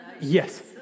Yes